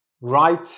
right